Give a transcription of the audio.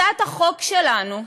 הצעת החוק שלנו,